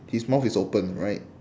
his mouth is open right